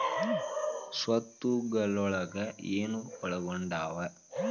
ಸ್ವತ್ತುಗಲೊಳಗ ಏನು ಒಳಗೊಂಡಾವ?